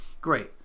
Great